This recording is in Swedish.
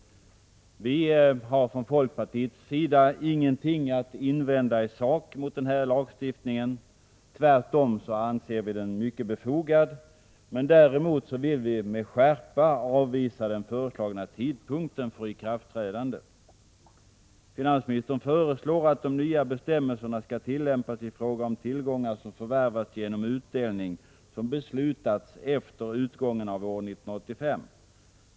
Från folkpartiets sida har vi ingenting att invända i sak mot lagstiftningen. Tvärtom anser vi den mycket befogad. Däremot vill vi med skärpa avvisa den föreslagna tidpunkten för ikraftträdandet. Finansministern föreslår att de nya bestämmelserna skall tillämpas i fråga om tillgångar som förvärvats genom utdelning som beslutats efter utgången av år 1985.